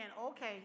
okay